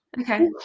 Okay